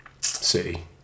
City